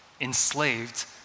enslaved